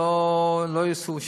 שלא יעשו,